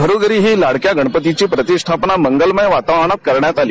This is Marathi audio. घरोघरीही लाडक्या गणपतीची प्रतिष्ठापना मंगलमय वातावरणात करण्यात आली